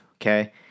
okay